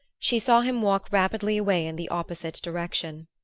she saw him walk rapidly away in the opposite direction.